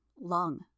Lung